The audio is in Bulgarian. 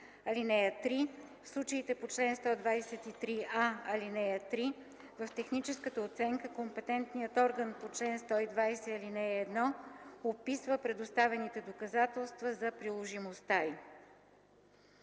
им. (3) В случаите по чл. 123а, ал. 3 в техническата оценка компетентният орган по чл. 120, ал. 1 описва предоставените доказателства за приложимостта й.”